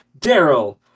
Daryl